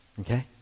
Okay